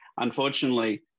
Unfortunately